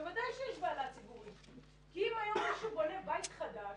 בוודאי שיש בהלה ציבורית כי אם היום מישהו בונה בית חדש,